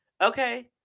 okay